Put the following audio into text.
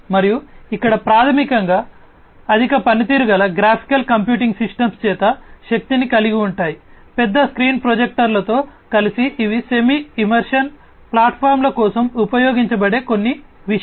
మరియు ఇక్కడ ప్రాథమికంగా ఇవి అధిక పనితీరు గల గ్రాఫికల్ కంప్యూటింగ్ సిస్టమ్స్ చేత శక్తిని కలిగి ఉంటాయి పెద్ద స్క్రీన్ ప్రొజెక్టర్లతో కలిసి ఇవి సెమీ ఇమ్మర్సివ్ ప్లాట్ఫామ్ల కోసం ఉపయోగించబడే కొన్ని విషయాలు